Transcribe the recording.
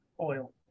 oil